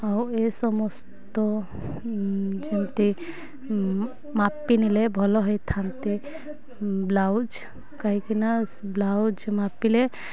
ଆଉ ଏ ସମସ୍ତ ଯେମିତି ମାପିଲେ ଭଲ ହେଇଥାନ୍ତି ବ୍ଲାଉଜ୍ କାହିଁକିନା ବ୍ଲାଉଜ୍ ମାପିଲେ